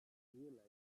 realise